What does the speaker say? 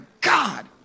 God